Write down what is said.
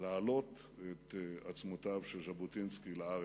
להעלות את עצמותיו של ז'בונטינסקי לארץ,